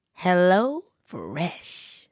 HelloFresh